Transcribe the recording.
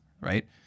right